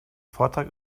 vortrag